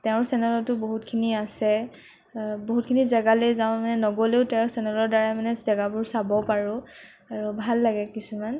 তেওঁৰ চেনেলটো বহুতখিনিয়ে আছে বহুতখিনি জেগালৈ যাওঁ মানে নগ'লৈও তেওঁৰ চেনেলৰদ্বাৰা মানে জেগাবোৰ চাব পাৰোঁ আৰু ভাল লাগে কিছুমান